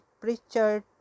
Pritchard